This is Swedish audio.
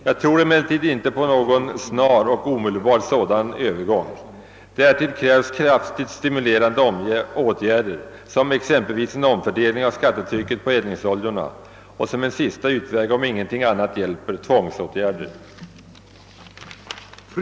Jag tror dock inte på någon snar övergång i det fallet. Där till krävs kraftigt stimulerande åtgärder, exempelvis en omfördelning av skattetrycket på eldningsoljorna och, som en sista utväg om ingenting annat hjälper, tvångsåtgärder.